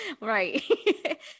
Right